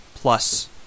plus